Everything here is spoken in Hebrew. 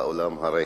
האולם הריק,